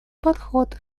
подход